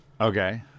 okay